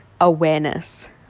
awareness